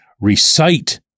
recite